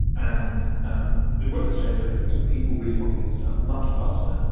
and um the web has changed everything because people really want things done much faster.